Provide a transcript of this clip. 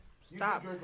Stop